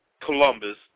Columbus